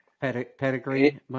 Pedigree